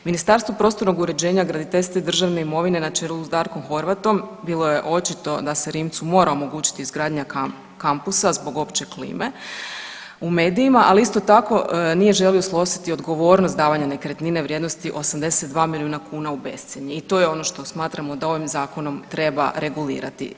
Ministarstvo prostornog uređenja, graditeljstva i državne imovine na čelu s Darkom Horvatom bilo je očito da se Rimcu mora omogućiti izgradnja kampusa zbog opće klime, u medijima, ali isto tako, nije želio snositi odgovornost davanja nekretnine vrijednosti 82 milijuna kuna u bescjenje i to je ono što smatramo da ovim Zakonom treba regulirati.